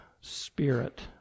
spirit